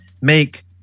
make